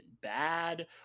bad